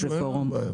תגישי, אין בעיה.